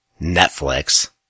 Netflix